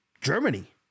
Germany